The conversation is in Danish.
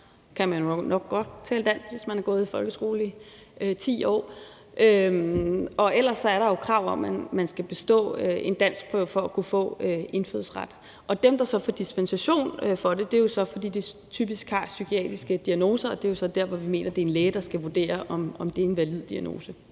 Så kan man jo nok godt tale dansk, altså hvis man har gået i folkeskole i 10 år. Og ellers er der jo krav om, at man skal bestå en danskprøve for at kunne få indfødsret. Dem, der så får dispensation fra det, får det jo typisk, fordi de har psykiatriske diagnoser, og det er jo så der, hvor vi mener, det er en læge, der skal vurdere, om det er en valid diagnose,